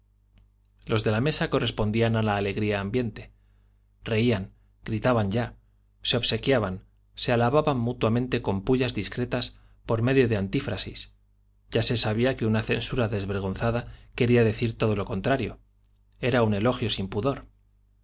los de la mesa correspondían a la alegría ambiente reían gritaban ya se obsequiaban se alababan mutuamente con pullas discretas por medio de antífrasis ya se sabía que una censura desvergonzada quería decir todo lo contrario era un elogio sin pudor